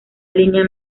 línea